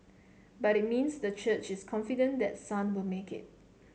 but it means the church is confident that Sun will make it